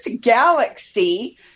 galaxy